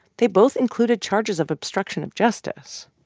they both included charges of obstruction of justice.